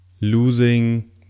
losing